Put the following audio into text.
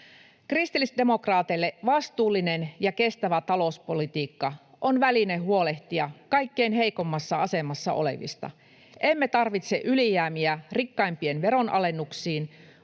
Kristillisdemokraateille vastuullinen ja kestävä talouspolitiikka on väline huolehtia kaikkein heikoimmassa asemassa olevista. Emme tarvitse ylijäämiä rikkaimpien veronalennuksiin,